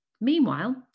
Meanwhile